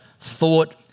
thought